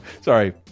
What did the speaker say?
sorry